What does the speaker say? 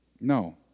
No